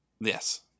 Yes